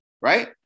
right